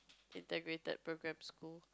integrated program school